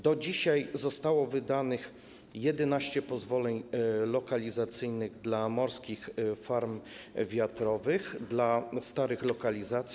Do dzisiaj zostało wydanych 11 pozwoleń lokalizacyjnych dla morskich farm wiatrowych, dla starych lokalizacji.